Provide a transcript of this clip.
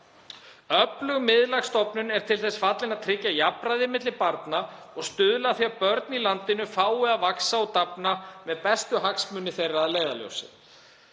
Öflug miðlæg stofnun er til þess fallin að tryggja jafnræði milli barna og stuðla að því að börn í landinu fái að vaxa og dafna með bestu hagsmuni þeirra að leiðarljósi.